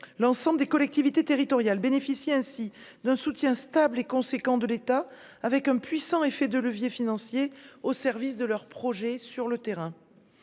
l'ensemble des collectivités territoriales bénéficient ainsi d'un soutien stable et conséquent de l'État avec un puissant effet de levier financier au service de leurs projets sur le terrain,